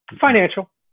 Financial